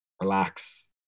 relax